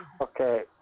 Okay